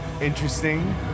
Interesting